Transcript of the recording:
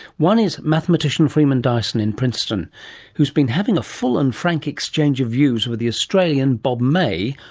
one is mathematician freeman dyson in princeton who's been having a full and frank exchange of views with the australian bob may,